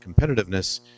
competitiveness